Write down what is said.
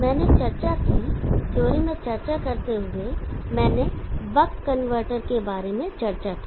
मैंने चर्चा की थ्योरी में चर्चा करते हुए मैंने बक कनवर्टर के बारे में चर्चा की